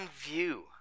view